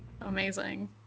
Amazing